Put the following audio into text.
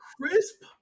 crisp